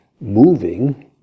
moving